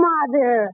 Mother